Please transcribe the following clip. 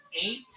eight